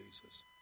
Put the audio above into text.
Jesus